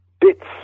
bits